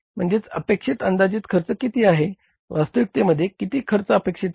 म्हणजे अपेक्षित अंदाजित खर्च किती आहे वास्तविकतेमध्ये किती खर्च अपेक्षित आहे